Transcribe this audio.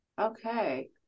Okay